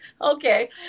Okay